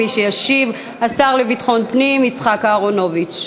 מי שישיב, השר לביטחון פנים יצחק אהרונוביץ.